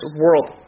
world